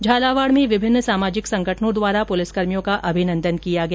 झालावाड़ में विभिन्न सामाजिक संगठनों द्वारा पुलिसकर्मियों का अभिनंदन किया गया